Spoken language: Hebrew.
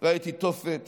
ראיתי תופת